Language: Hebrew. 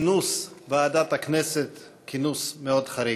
וחצי לצורך כינוס ועדת הכנסת, כינוס מאוד חריג.